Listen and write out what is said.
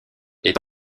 est